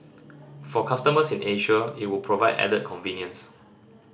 for customers in Asia it would provide added convenience